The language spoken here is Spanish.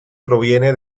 proviene